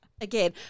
Again